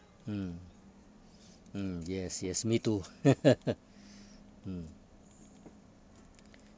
mm mm yes yes me too mm